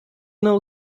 know